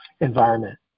environment